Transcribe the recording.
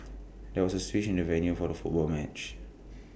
there was A switch in the venue for the football match